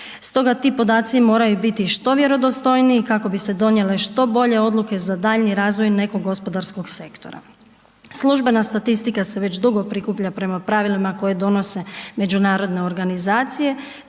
Stoga ti podaci moraju biti što vjerodostojniji kako bi se donijele što bolje odluke za daljnji razvoj nekog gospodarskog sektora. Službena statistika se već dugo prikuplja prema pravilima koje donose međunarodne organizacije,